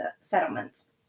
settlements